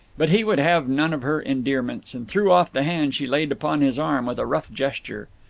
but he would have none of her endearments, and threw off the hand she laid upon his arm with a rough gesture.